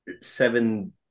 seven